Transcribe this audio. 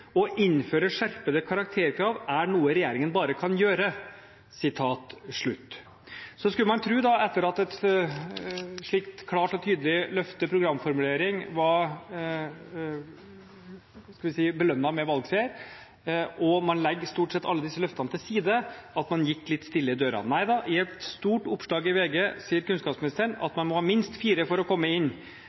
«Å innføre skjerpede karakterkrav er noe Regjeringen bare kan gjøre.» Så skulle man jo tro, etter at et slikt klart og tydelig løfte i en programformulering ble belønnet med valgseier, og at man så legger stort sett alle disse løftene til side, at man gikk litt stille i dørene. Nei da, i et stort oppslag i VG sier kunnskapsministeren at man må ha minst 4 for å komme inn,